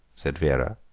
said vera.